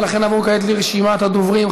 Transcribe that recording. ולכן נעבור כעת לרשימת הדוברים.